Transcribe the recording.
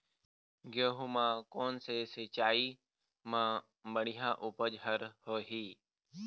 गेहूं म कोन से सिचाई म बड़िया उपज हर होही?